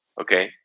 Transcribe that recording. Okay